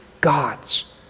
God's